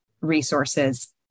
resources